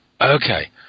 Okay